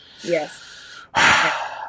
Yes